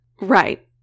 Right